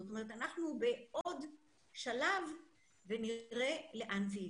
זאת אומרת, אנחנו בעוד שלב ונראה לאן זה ילך.